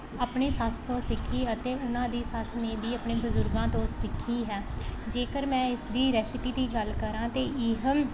ਆਪਣੀ ਸੱਸ ਤੋਂ ਸਿੱਖੀ ਅਤੇ ਉਹਨਾਂ ਦੀ ਸੱਸ ਨੇ ਵੀ ਆਪਣੇ ਬਜ਼ੁਰਗਾਂ ਤੋਂ ਸਿੱਖੀ ਹੈ ਜੇਕਰ ਮੈਂ ਇਸ ਦੀ ਰੈਸਿਪੀ ਦੀ ਗੱਲ ਕਰਾਂ ਤਾਂ ਇਹ